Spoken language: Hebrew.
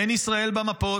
אין ישראל במפות,